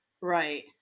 Right